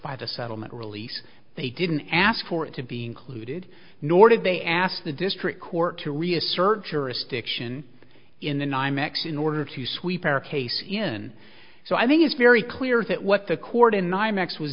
by the settlement release they didn't ask for it to be included nor did they ask the district court to reassert jurisdiction in the ny mex in order to sweep our case in so i think it's very clear that what the court in nymex was